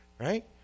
right